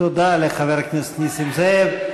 --- תודה לחבר הכנסת נסים זאב.